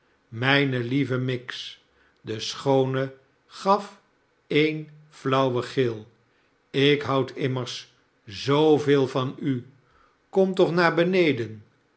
mijne lieve miggs de schoone gaf een flauwen gil ik houd immers zooveel van u kom toch naar beneden